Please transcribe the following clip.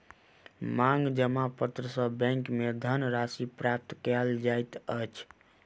मांग जमा पत्र सॅ बैंक में धन राशि प्राप्त कयल जाइत अछि